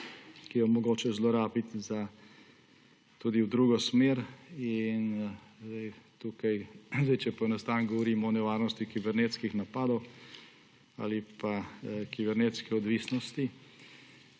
ki jo je mogoče zlorabiti tudi v drugo smer. Če poenostavim, govorim o nevarnosti kibernetskih napadov ali pa kibernetske odvisnosti.